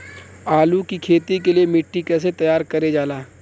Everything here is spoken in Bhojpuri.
आलू की खेती के लिए मिट्टी कैसे तैयार करें जाला?